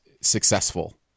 successful